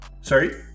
Sorry